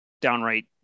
downright